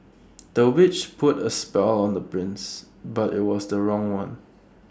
the witch put A spell on the prince but IT was the wrong one